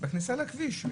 בכניסה לכביש.